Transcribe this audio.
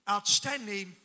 Outstanding